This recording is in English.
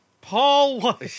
Paul